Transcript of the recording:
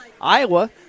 Iowa